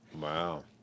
Wow